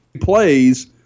plays